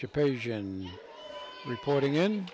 your page and reporting in